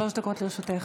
שלוש דקות לרשותך.